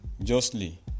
justly